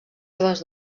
seves